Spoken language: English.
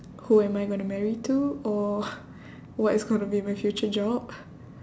who am I gonna marry to or what is gonna be my future job